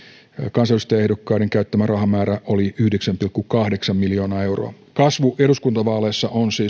kansanedustajaehdokkaiden käyttämä rahamäärä oli yhdeksän pilkku kahdeksan miljoonaa euroa kasvu eduskuntavaaleissa